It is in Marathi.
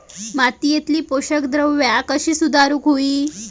मातीयेतली पोषकद्रव्या कशी सुधारुक होई?